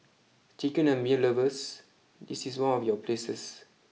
chicken and beer lovers this is one of your places